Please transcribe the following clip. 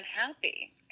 unhappy